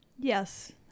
yes